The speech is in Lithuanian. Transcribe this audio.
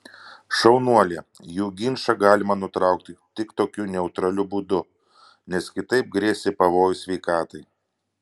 šaunuolė jų ginčą galima nutraukti tik tokiu neutraliu būdu nes kitaip grėsė pavojus sveikatai